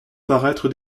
paraître